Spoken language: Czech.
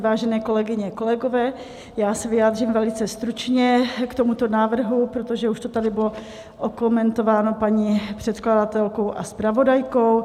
Vážené kolegyně, kolegové, já se vyjádřím velice stručně k tomuto návrhu, protože už to tady bylo okomentováno paní předkladatelkou a zpravodajkou.